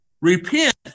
Repent